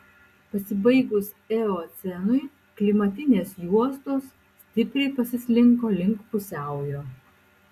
pasibaigus eocenui klimatinės juostos stipriai pasislinko link pusiaujo